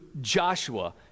Joshua